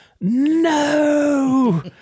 no